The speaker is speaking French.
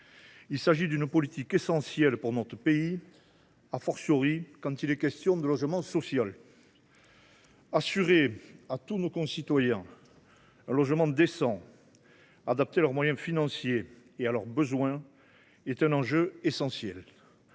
Il s’agit d’une politique essentielle pour notre pays, quand il est question de logement social. Assurer à tous nos concitoyens un logement décent, adapté à leurs moyens financiers et à leurs besoins, est un enjeu essentiel.